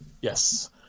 yes